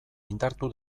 indartu